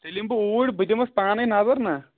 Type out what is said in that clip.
تیٚلہِ یِم بہٕ اوٗرۍ بہٕ دِمَس پانَے نظر نہ